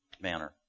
manner